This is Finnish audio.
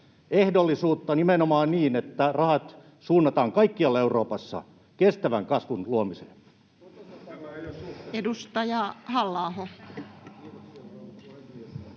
ehdollisuutta nimenomaan niin, että rahat suunnataan kaikkialla Euroopassa kestävän kasvun luomiseen.